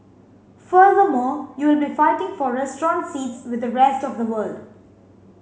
furthermore you will be fighting for restaurant seats with the rest of the world